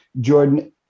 jordan